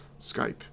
Skype